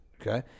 Okay